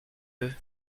eux